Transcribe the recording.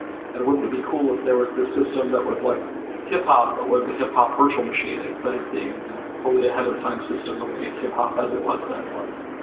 and wouldn't it be cool if there was this system that was like hiphop, but was the hiphop virtual machine instead of being a fully ahead of time system that way hiphop as it was then was.